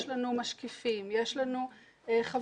יש לנו משקיפים, יש לנו חברים,